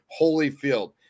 Holyfield